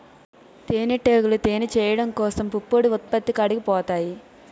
తేనిటీగలు తేనె చేయడం కోసం పుప్పొడి ఉత్పత్తి కాడికి పోతాయి